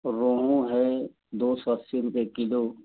रोहू है दो सौ अस्सी रुपये किलो